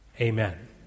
Amen